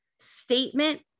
statement